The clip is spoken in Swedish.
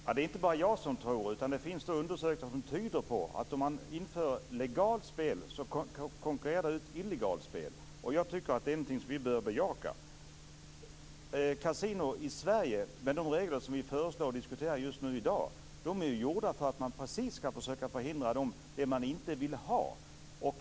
Fru talman! Det är inte bara jag som tror, det finns undersökningar som tyder på att om man inför legalt spel så konkurrerar det ut illegalt spel. Jag tycker att det är någonting som vi bör bejaka. Kasinon i Sverige, med de regler som vi föreslår och diskuterar just i dag, är gjorda för att man skall försöka förhindra det man inte vill ha.